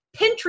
pinterest